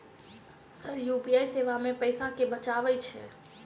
Sir UPI सेवा मे पैसा केँ बचाब छैय?